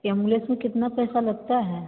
ambulance में कितना पैसा लगता है